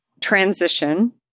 transition